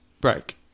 break